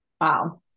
Wow